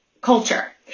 culture